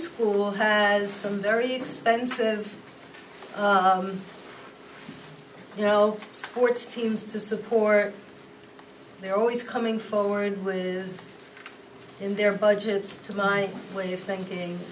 school has some very expensive you know sports teams to support they are always coming forward with in their budgets to my way of thinking